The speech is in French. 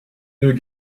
deux